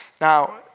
Now